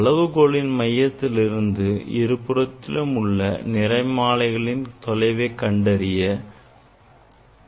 அளவுகோலின் மையத்திலிருந்து இருபுறத்திலும் உள்ள நிறமாலைகளில் தொலைவை கண்டறிய வேண்டும்